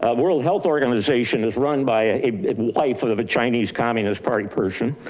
um world health organization is run by a wife of a chinese communist party person.